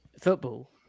Football